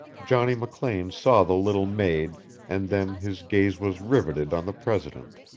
johnny mclean saw the little maid and then his gaze was riveted on the president.